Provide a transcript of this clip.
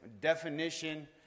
Definition